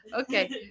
Okay